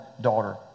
daughter